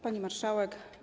Pani Marszałek!